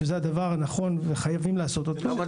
שזה הדבר הנכון וחייבים לעשות אותו --- זה מה שכתוב בחוק.